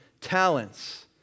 talents